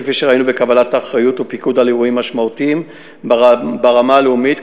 כפי שראינו בקבלת האחריות ובפיקוד על אירועים משמעותיים ברמה הלאומית,